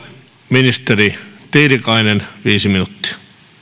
ministeri tiilikainen viisi minuuttia